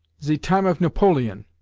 ze time of napoleon.